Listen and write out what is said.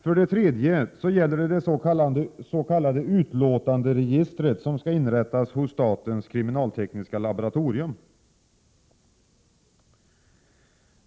För det tredje gäller det det s.k. utlåtanderegistret, som skall inrättas hos statens kriminaltekniska laboratorium.